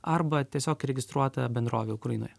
arba tiesiog registruota bendrovė ukrainoje